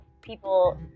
people